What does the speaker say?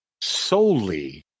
solely